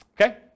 Okay